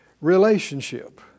relationship